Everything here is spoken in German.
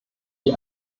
die